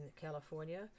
California